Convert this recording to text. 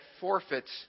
forfeits